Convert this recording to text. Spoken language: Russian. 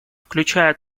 включая